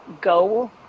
go